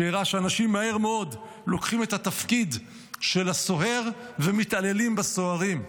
הראה שמהר מאוד אנשים לוקחים את התפקיד של הסוהר ומתעללים באסירים.